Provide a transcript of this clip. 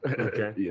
Okay